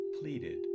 pleaded